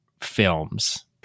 films